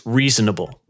reasonable